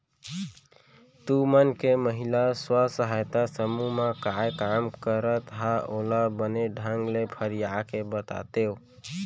तुमन के महिला स्व सहायता समूह म काय काम करत हा ओला बने ढंग ले फरिया के बतातेव?